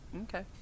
Okay